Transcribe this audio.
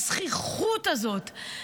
הזחיחות הזאת,